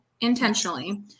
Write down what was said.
intentionally